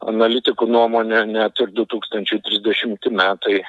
analitikų nuomone net ir du tūkstančiai trisdešimti metai